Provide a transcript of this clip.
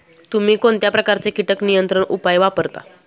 तुम्ही कोणत्या प्रकारचे कीटक नियंत्रण उपाय वापरता?